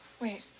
Wait